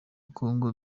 kongo